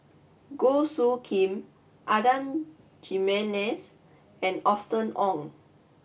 Goh Soo Khim Adan Jimenez and Austen Ong